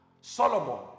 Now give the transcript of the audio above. Solomon